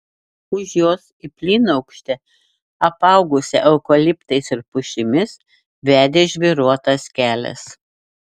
už jos į plynaukštę apaugusią eukaliptais ir pušimis vedė žvyruotas kelias